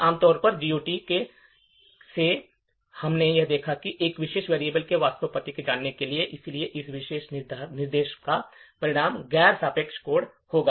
अब आमतौर पर बिना GOT के हमें इस विशेष variable के वास्तविक पते को जानना होगा और इसलिए इस विशेष निर्देश का परिणाम गैर सापेक्ष कोड होगा